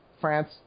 France